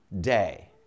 day